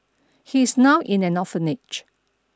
he's now in an orphanage